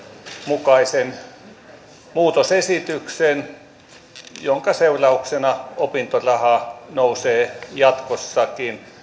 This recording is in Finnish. mukaisen muutosesityksen jonka seurauksena opintoraha nousee jatkossakin